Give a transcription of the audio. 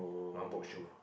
one boat shoe